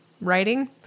writing